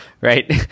right